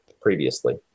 previously